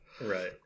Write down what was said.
Right